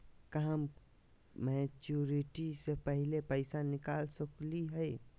का हम मैच्योरिटी से पहले पैसा निकाल सकली हई?